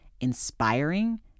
inspiring